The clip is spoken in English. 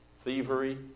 thievery